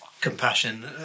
compassion